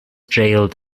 jailed